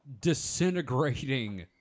disintegrating